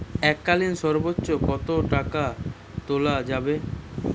এককালীন সর্বোচ্চ কত টাকা তোলা যাবে?